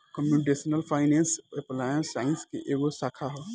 computational finance applied science के एगो शाखा ह